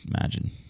imagine